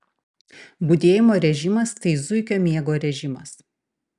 budėjimo režimas tai zuikio miego režimas